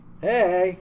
hey